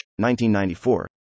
1994